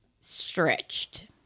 Stretched